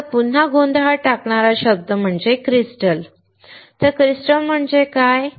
आता पुन्हा गोंधळात टाकणारा शब्द क्रिस्टल क्रिस्टल म्हणजे काय